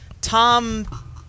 tom